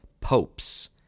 popes